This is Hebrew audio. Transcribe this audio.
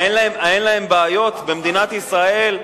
אין להם בעיות במדינת ישראל,